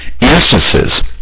instances